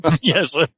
Yes